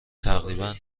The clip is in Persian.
تقریبا